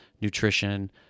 nutrition